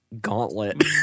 Gauntlet